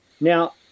Now